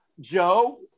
Joe